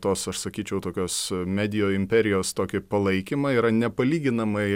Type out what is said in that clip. tos aš sakyčiau tokios medijų imperijos tokį palaikymą yra nepalyginamai